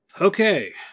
Okay